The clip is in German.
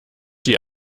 die